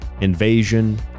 invasion